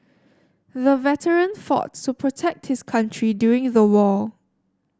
the veteran fought to protect his country during the war